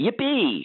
yippee